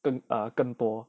更 ah 多